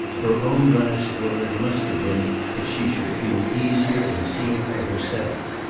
her own last word must have been that she should feel easier in seeing for herself.